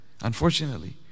unfortunately